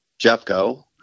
Jeffco